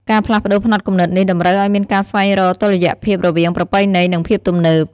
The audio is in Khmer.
ការផ្លាស់ប្ដូរផ្នត់គំនិតនេះតម្រូវឱ្យមានការស្វែងរកតុល្យភាពរវាងប្រពៃណី និងភាពទំនើប។